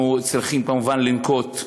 אנחנו צריכים כמובן לנקוט,